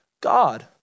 God